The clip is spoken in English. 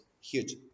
huge